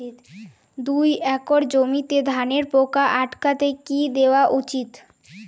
দুই একর জমিতে ধানের পোকা আটকাতে কি দেওয়া উচিৎ?